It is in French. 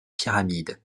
pyramides